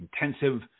intensive